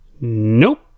Nope